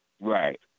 Right